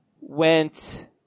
went